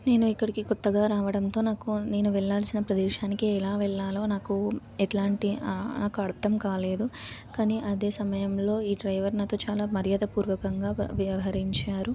నేను ఇక్కడికి కొత్తగా రావడంతో నాకు నేను వెళ్ళాల్సిన ప్రదేశానికే ఎలా వెళ్ళాలో నాకు ఎట్లాంటి నాకు అర్థం కాలేదు కానీ అదే సమయంలో ఈ డ్రైవర్ నాతో చాలా మర్యాదపూర్వకంగా వ వ్యవహరించారు